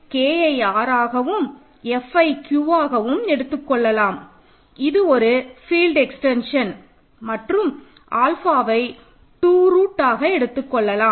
Kஐ Rஆகவும் Fஐ Q ஆகவும் எடுத்துக்கொள்ளலாம் இது ஒரு ஃபீல்ட் எக்ஸ்டென்ஷன் மற்றும் ஆல்ஃபாவை 2 ரூட்ஆக எடுத்துக் கொள்ளலாம்